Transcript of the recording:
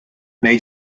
nei